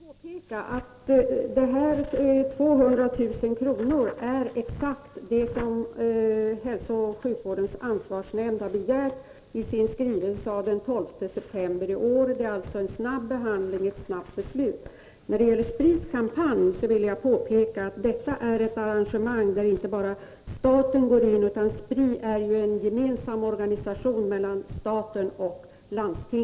Fru talman! Jag vill bara påpeka att de 200 000 kronorna är exakt det belopp som hälsooch sjukvårdens ansvarsnämnd har begärt i sin skrivelse av den 12 september i år. Ärendet har alltså behandlats snabbt, och ett snabbt beslut har fattats. Beträffande Spris kampanj vill jag påpeka att det är fråga om ett arrangemang där inte bara staten medverkar. Spri är ju en för staten och landstingen gemensam organisation.